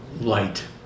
light